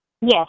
Yes